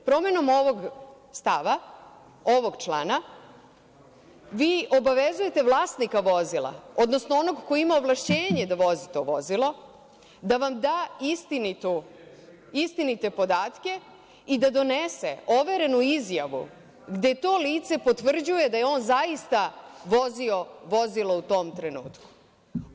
Promenom ovog stava ovog člana vi obavezujete vlasnika vozila, odnosno onog koji je imao ovlašćenje da vozi to vozilo da vam da istinite podatke i da donese overenu izjavu gde to lice potvrđuje da je on zaista vozio vozilo u tom trenutku.